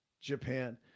Japan